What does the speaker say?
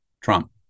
Trump